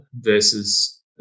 versus